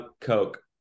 Coke